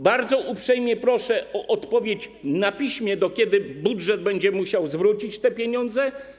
Bardzo uprzejmie proszę o odpowiedź na piśmie, do kiedy budżet będzie musiał zwrócić te pieniądze.